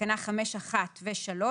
בתקנה 5(1) ו-(3),